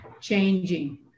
changing